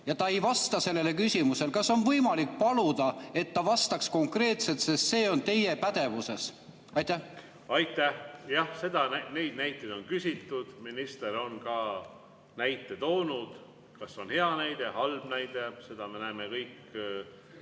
Ta ei vasta sellele küsimusele. Kas on võimalik paluda, et ta vastaks konkreetselt? See on teie pädevuses. Aitäh! Jah, neid näiteid on küsitud, minister on näite ka toonud. Kas see on hea näide või halb näide, seda me näeme kõik